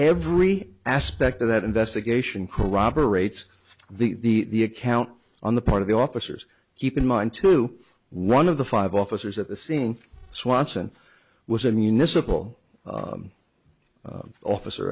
every aspect of that investigation corroborates the the account on the part of the officers keep in mind to one of the five officers at the scene swanson was a municipal officer